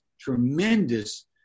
tremendous